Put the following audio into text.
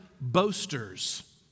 boasters